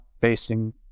facing